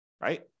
right